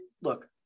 look